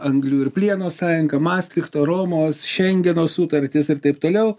anglių ir plieno sąjunga mastrichto romos šengeno sutartys ir taip toliau